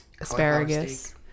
asparagus